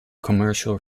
commercial